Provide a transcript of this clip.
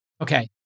okay